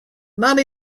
not